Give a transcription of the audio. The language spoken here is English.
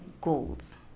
goals